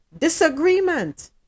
disagreement